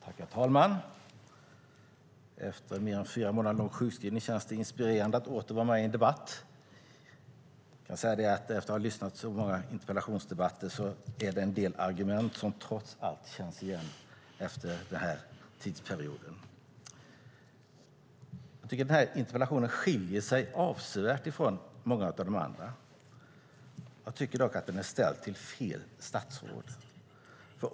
Herr talman! Efter en mer än fyra månader lång sjukskrivning känns det inspirerande att åter vara med i en debatt. Efter att i dag ha lyssnat till många interpellationsdebatter är det en del argument som trots allt känns igen, efter den tidsperioden. Jag tycker att den här interpellationen skiljer sig avsevärt från många av de andra. Jag tycker dock att den är ställd till fel statsråd.